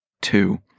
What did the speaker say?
Two